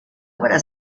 obra